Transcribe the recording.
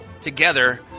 together